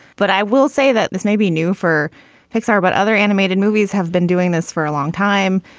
but i will say that this may be new for pixar, but other animated movies have been doing this for a long time.